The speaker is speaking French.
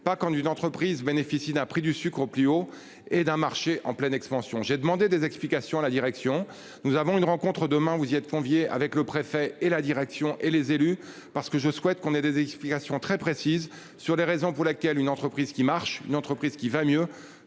pas quand une entreprise bénéficie d'un prix du sucre au plus haut et d'un marché en pleine expansion. J'ai demandé des explications à la direction. Nous avons une rencontre demain. Vous y êtes conviés avec le préfet et la direction et les élus parce que je souhaite qu'on ait des explications très précises sur les raisons pour laquelle une entreprise qui marche, une entreprise qui va mieux